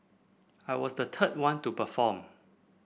I was the third one to perform